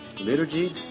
liturgy